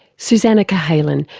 susannah cahalen,